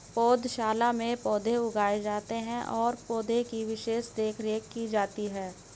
पौधशाला में पौधे उगाए जाते हैं और पौधे की विशेष देखरेख की जाती है